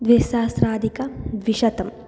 द्विसहस्राधिकद्विशतम्